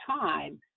time